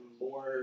more